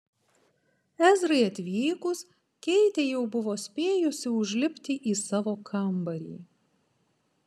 ezrai atvykus keitė jau buvo spėjusi užlipti į savo kambarį